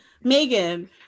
Megan